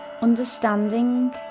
Understanding